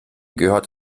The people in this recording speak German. gehört